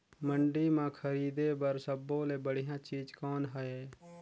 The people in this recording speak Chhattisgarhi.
मंडी म खरीदे बर सब्बो ले बढ़िया चीज़ कौन हे?